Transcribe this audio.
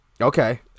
okay